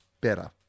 Better